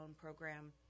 program